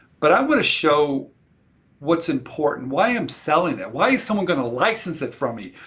but i'm gonna show what's important, why i'm selling it, why is someone gonna license it from me.